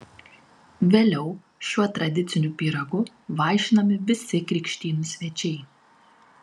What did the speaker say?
vėliau šiuo tradiciniu pyragu vaišinami visi krikštynų svečiai